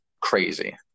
crazy